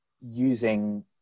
using